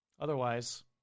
Otherwise